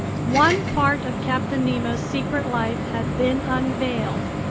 one part of captain nemo's secret life had been unveiled.